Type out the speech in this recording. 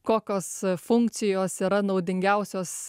kokios funkcijos yra naudingiausios